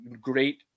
great